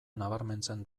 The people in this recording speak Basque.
nabarmentzen